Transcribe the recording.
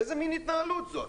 איזו מין התנהלות זאת?